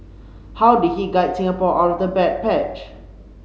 how did he guide Singapore out of the bad patch